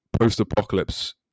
post-apocalypse